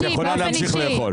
את יכולה להמשיך לאכול.